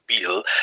bill